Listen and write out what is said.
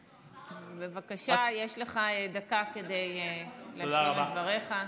בבקשה, יש לך דקה כדי להשלים את דבריך.